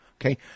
okay